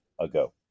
ago